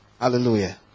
Hallelujah